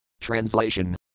Translation